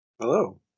Hello